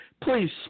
Please